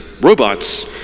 robots